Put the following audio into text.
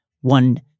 One